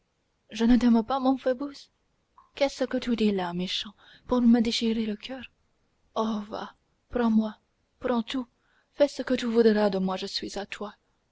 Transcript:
je ne t'aime pas mon phoebus qu'est-ce que tu dis là méchant pour me déchirer le coeur oh va prends-moi prends tout fais ce que tu voudras de moi je suis à toi